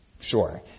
Sure